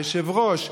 היושב-ראש,